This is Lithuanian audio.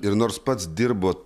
ir nors pats dirbo